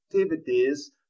activities